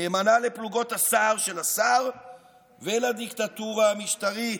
נאמנה לפלוגות הסער של השר ולדיקטטורה המשטרית.